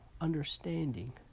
understanding